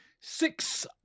Six